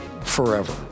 forever